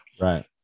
right